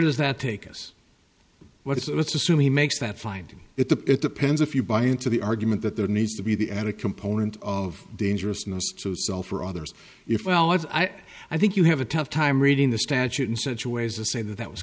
does that take us what it's all let's assume he makes that finding it the it depends if you buy into the argument that there needs to be the add a component of dangerousness to self or others if well i i think you have a tough time reading the statute in such a ways to say that that was